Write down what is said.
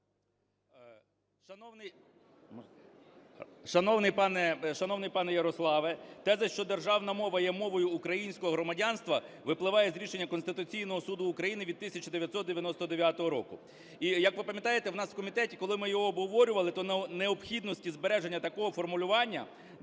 Шановний пане Ярославе, теза, що державна мова є мовою українського громадянства випливає з рішення Конституційного Суду України від 1999 року. І, як ви пам'ятаєте, у нас в комітеті, коли ми його обговорювали, то необхідності збереження такого формулювання